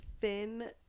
thin